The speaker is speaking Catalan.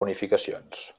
bonificacions